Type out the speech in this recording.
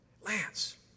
Lance